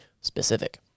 specific